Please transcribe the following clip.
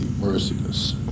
merciless